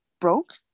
broke